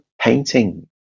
painting